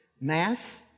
mass